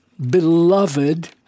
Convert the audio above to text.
beloved